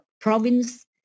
province